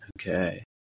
okay